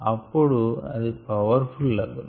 అప్పుడు అది powerful అగును